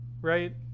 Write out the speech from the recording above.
right